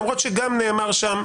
למרות שגם נאמר שם,